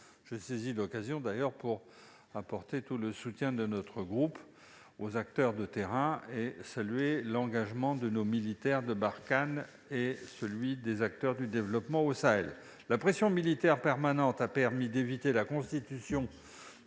d'ailleurs l'occasion qui m'est donnée pour apporter tout le soutien de notre groupe aux acteurs de terrain, et pour saluer l'engagement des militaires de l'opération Barkhane et celui des acteurs du développement au Sahel. La pression militaire permanente a permis d'éviter la constitution